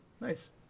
nice